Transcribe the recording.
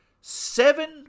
seven